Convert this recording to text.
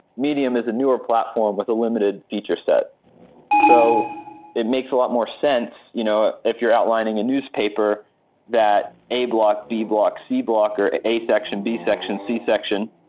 medium is a newer platform with a limited feature set so it makes a lot more sense you know if you're outlining a newspaper that a block, b block, c block, or a section, b section, c section.